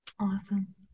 Awesome